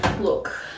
Look